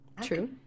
True